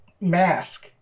mask